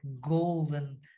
golden